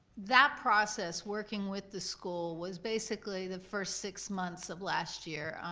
that process, working with the school was basically the first six months of last year.